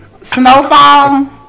Snowfall